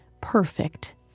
perfect